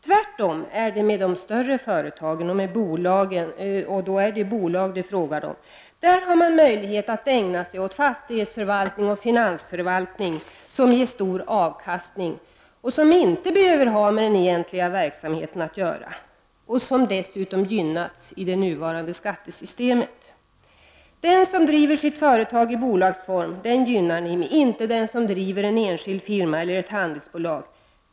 Tvärtom är det med de större företagen — då är det fråga om bolag — där man har möjlighet att ägna sig åt fastighetsförvaltning och finansförvaltning, som ger stor avkastning, men som inte behöver ha med den egentliga verksamheten att göra. Dessa har dessutom gynnats i det nuvarande skattesystemet. Den som driver sitt företag i bolagsform gynnar ni, men inte den som driver en enskild firma eller ett handelsbolag.